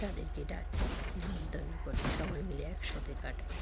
তাদেরকে ডাকি নেমন্তন্ন করি সবাই মিলে একসাথে কাটাই